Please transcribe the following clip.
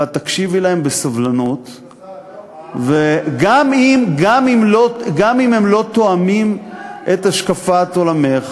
ואת תקשיבי להם בסבלנות גם אם הם לא תואמים את השקפת עולמך.